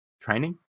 training